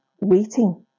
waiting